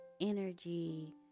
energy